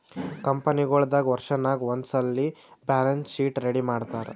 ಕಂಪನಿಗೊಳ್ ದಾಗ್ ವರ್ಷನಾಗ್ ಒಂದ್ಸಲ್ಲಿ ಬ್ಯಾಲೆನ್ಸ್ ಶೀಟ್ ರೆಡಿ ಮಾಡ್ತಾರ್